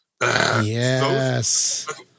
Yes